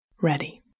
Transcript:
Ready